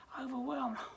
overwhelmed